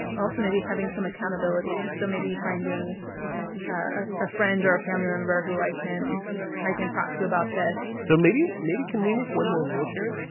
also maybe having some accountability. so maybe finding ah a friend or family member who i can i can talk to about this so maybe maybe can we make one more rule share?